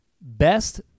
Best